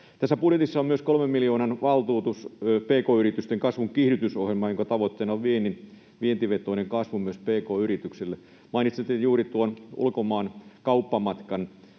Tässä budjetissa on myös 3 miljoonan valtuutus pk-yritysten kasvun kiihdytysohjelmaan, jonka tavoitteena on vientivetoinen kasvu myös pk-yrityksille. Kun mainitsitte juuri tuon ulkomaankauppamatkan